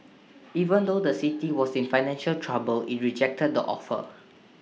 even though the city was in financial trouble IT rejected the offer